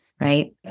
Right